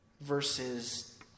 versus